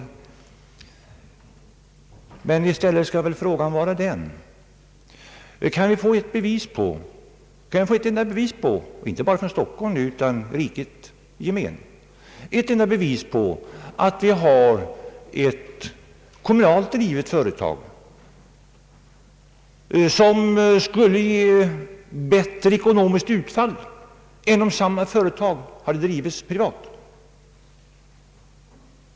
Frågan jag vill ställa lyder: Kan jag få ett enda bevis — inte bara från Stockholm utan från riket — på ett kommunalt drivet företag som skulle ge bättre ekonomiskt utfall än om samma företag hade drivits privat?